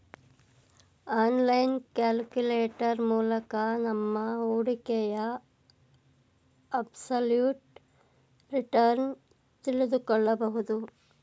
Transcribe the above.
online calculator ಮೂಲಕ ನಮ್ಮ ಹೂಡಿಕೆಯ ಅಬ್ಸಲ್ಯೂಟ್ ರಿಟರ್ನ್ ತಿಳಿದುಕೊಳ್ಳಬಹುದು